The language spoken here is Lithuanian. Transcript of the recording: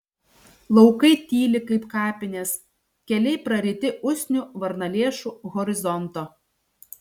laukai tyli kaip kapinės keliai praryti usnių varnalėšų horizonto